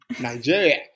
nigeria